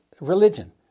religion